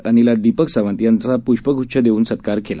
अनिला दीपक सावंत यांचा प्ष्पग्च्छ देऊन सत्कार केला